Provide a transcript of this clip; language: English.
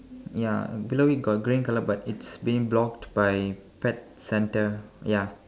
ya below it got green colour but it's being blocked by pet centre ya